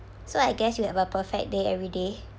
so I guess you have a perfect day every day